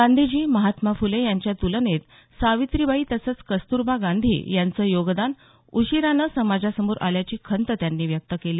गांधीजी महात्मा फुले यांच्या तुलनेत सावित्रीबाई तसंच कस्तुरबा गांधी यांचं योगदान उशीरानं समाजासमोर आल्याची खंत त्यांनी व्यक्त केली